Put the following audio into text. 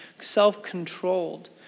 self-controlled